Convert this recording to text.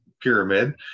Pyramid